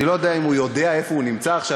אני לא יודע אם הוא יודע איפה הוא נמצא עכשיו,